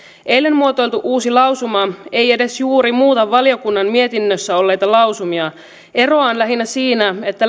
eilen muotoiltu uusi lausuma ei edes juuri muuta valiokunnan mietinnössä olleita lausumia eroa on lähinnä siinä että